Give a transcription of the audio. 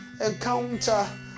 encounter